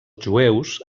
jueus